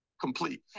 complete